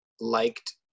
liked